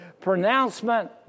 pronouncement